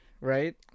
right